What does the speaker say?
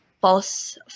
false